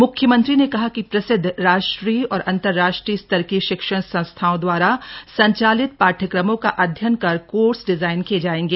म्ख्यमंत्री ने कहा कि प्रसिद्ध राष्ट्रीय और अंतरराष्ट्रीय स्तर की शिक्षण संस्थाओं दवारा संचालित पाठ्यक्रमों का अध्ययन कर कोर्स डिजाइन किए जाएगा